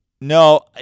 No